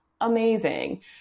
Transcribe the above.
amazing